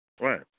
Right